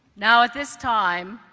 now at this time,